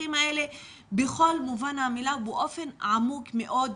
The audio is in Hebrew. ומהערכים האלה בכל מובן המילה ובאופן עמוק מאוד.